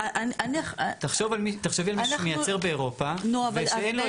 תחשבי על מישהו שמייצר באירופה ושאין לו